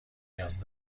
نیاز